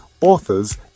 authors